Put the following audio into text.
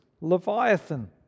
Leviathan